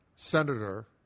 Senator